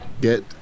get